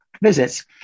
visits